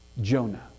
Jonah